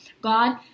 God